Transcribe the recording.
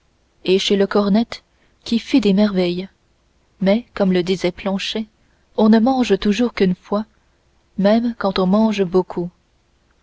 et chez le cornette qui fit des merveilles mais comme le disait planchet on ne mange toujours qu'une fois même quand on mange beaucoup